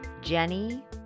Jenny